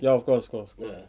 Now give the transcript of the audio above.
ya of course of course of course